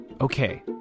Okay